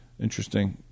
Interesting